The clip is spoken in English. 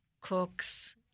cooks